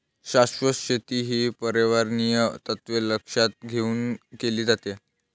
शाश्वत शेती ही पर्यावरणीय तत्त्वे लक्षात घेऊन केली जाते